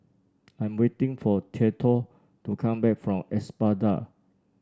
I'm waiting for Theadore to come back from Espada